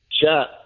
chat